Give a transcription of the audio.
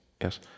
Yes